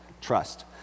Trust